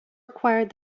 required